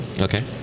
Okay